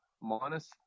minus